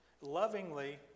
Lovingly